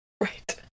Right